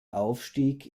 aufstieg